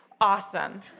awesome